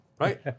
right